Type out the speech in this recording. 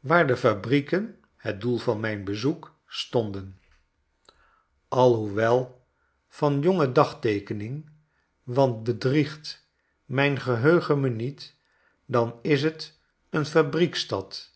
waar de fabrieken het doel van mijn bezoek stonden alhoewel van jonge dagteekening want bedriegt mijn geheugen me niet dan is t een fabrieksstad